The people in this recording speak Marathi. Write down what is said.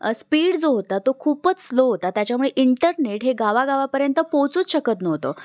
स्पीड जो होता तो खूपच स्लो होता त्याच्यामुळे इंटरनेट हे गावागावापर्यंत पोचूच शकत नव्हतं